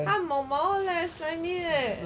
他毛毛的 leh slimy 的 leh